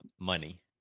money